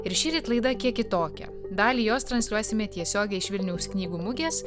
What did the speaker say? ir šįryt laida kiek kitokia dalį jos transliuosime tiesiogiai iš vilniaus knygų mugės